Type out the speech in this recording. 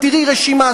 תראי רשימה,